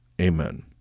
amen